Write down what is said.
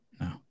No